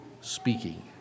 speaking